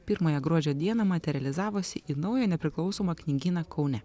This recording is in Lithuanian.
pirmąją gruodžio dieną materializavosi į naują nepriklausomą knygyną kaune